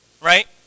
right